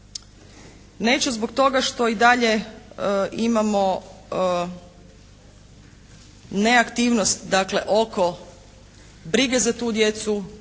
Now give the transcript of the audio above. Neće zbog toga što i dalje imamo neaktivnost dakle oko brige za tu djecu.